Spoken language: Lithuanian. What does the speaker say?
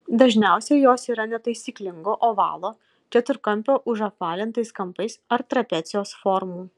dažniausiai jos yra netaisyklingo ovalo keturkampio užapvalintais kampais ar trapecijos formų